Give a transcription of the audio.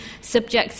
subjects